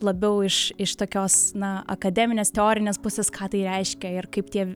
labiau iš iš tokios na akademinės teorinės pusės ką tai reiškia ir kaip tie